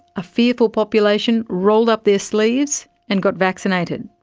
a fearful population rolled up their sleeves and got vaccinated.